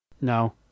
No